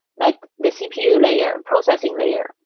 like this cpu layer, processing layer,